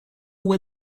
what